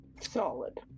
Solid